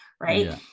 right